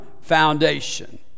foundation